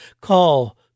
call